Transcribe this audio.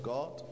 God